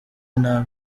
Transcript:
nabi